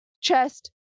chest